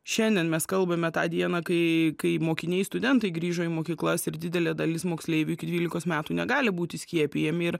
šiandien mes kalbame tą dieną kai kai mokiniai studentai grįžo į mokyklas ir didelė dalis moksleivių iki dvylikos metų negali būti skiepijami ir